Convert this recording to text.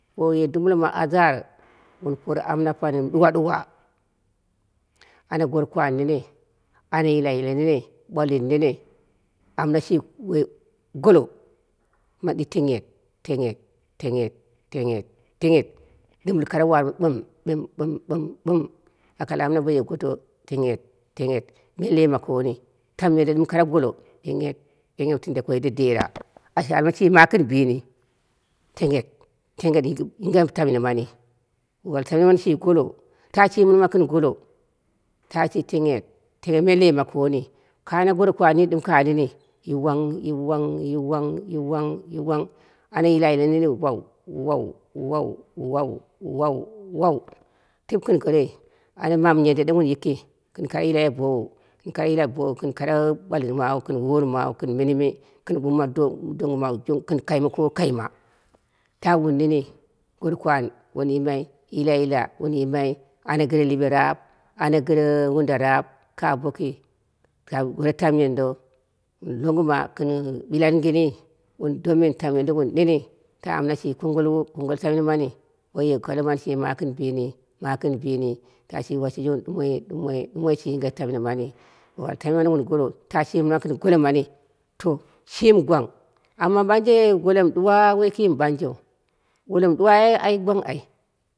Bouye dumbolo ma ajaar wun por amma pani mɨ ɗuwa ɗuwa, ana gorokwan nene ana yilayila nene ɓwalin nene, amna shi woi golo man ɗi tenaghel, tenghel, tenghel, tenghel ɗɨmbɨl koro warɨma ɓim, ɓɨm, ɓɨm ɓɨm, ako al amna baye goto tenghel tenghel, tenghel me lema koni tamyendo ɗɨm kare golo ɗeget ɗeget ɗeget wu tindekoi dedera ashi almai shima gɨn bini tenghet, tenghet yinge shima gɨn bini tenghet, tenghet yinghe tamyen mani bo al tamyel mani golo sha shi mɨnma gɨn gilo ta shi tenghet tenghet me lema koni ka ana gorokwani ɗɨm ka nini yiwangyiwang yiwang, yiwang ana yilayila nene wau, wau wau, wau wa, waa, tip gin gorei ana mamyen do wun yiki gɨn koro yilai bowu gɨn koro yilai bowu gɨn koro ɓwalin mamu gɨn wori mawu gɨn minimi gɨn wumma donɣt mawu junga gɨn kaima kowu kaima. ta wun nene goro kwan wun timai yilayila wun yimai, ana gɨre liɓe raab ana gire wunda zaab ka boki ka tamyen do wun longɨma gɨn wilanginiii wun domin tamyendo wun nene ta amna shi kongo wu kongol tamyen mani boye golo shi ma gɨn bini ma gɨn bini ta shi washe yoni ɗumoi ɗumoi ɗumoi shi yinge tamyen mani bo al tamyen wun golo ta shima gɨn golo mani to shimi gwang amma ɓanje golo mɨ ɗuwa woi ki mɨ ɓanjeu golo mɨ ɗuwa ai gwang ai.